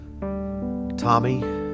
Tommy